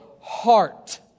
heart